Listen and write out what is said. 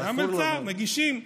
היה מלצר, מגיש את